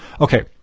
Okay